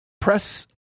press